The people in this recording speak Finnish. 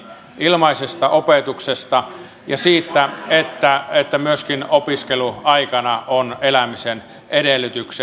ilmaisesta opetuksesta ja siitä että myöskin opiskeluaikana on elämisen edellytykset